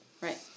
right